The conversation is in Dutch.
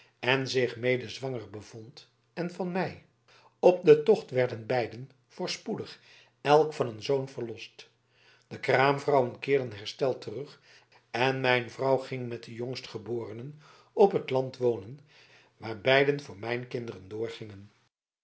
en zich mede zwanger bevond en van mij op den tocht werden beiden voorspoedig elk van een zoon verlost de kraamvrouwen keerden hersteld terug en mijn vrouw ging met de jonggeborenen op het land wonen waar beiden voor mijn kinderen doorgingen